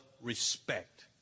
respect